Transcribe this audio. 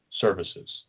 services